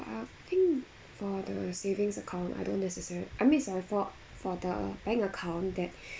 I think for the savings account I don't necessa~ I means I for for the bank account that